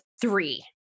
three